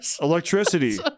Electricity